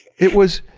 it was